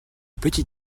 petit